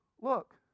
Look